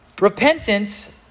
Repentance